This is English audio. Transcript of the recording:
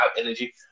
energy